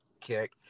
kick